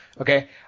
Okay